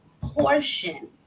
portion